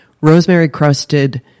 rosemary-crusted